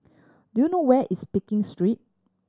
do you know where is Pekin Street